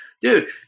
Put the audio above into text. dude